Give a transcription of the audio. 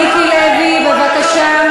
מיקי לוי, בבקשה.